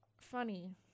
funny